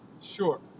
Sure